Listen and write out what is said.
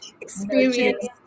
experience